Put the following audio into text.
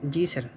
جی سر